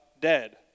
dead